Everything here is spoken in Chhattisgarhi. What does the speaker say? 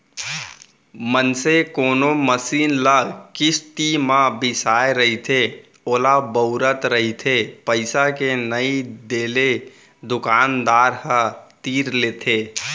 मनसे कोनो मसीन ल किस्ती म बिसाय रहिथे ओला बउरत रहिथे पइसा के नइ देले दुकानदार ह तीर लेथे